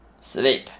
sleep